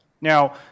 Now